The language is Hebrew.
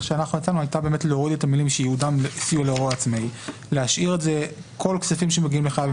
והשאלה עדיין במקומה עומדת,